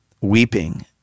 weeping